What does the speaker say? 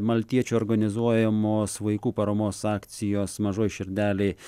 maltiečių organizuojamos vaikų paramos akcijos mažoj širdelėj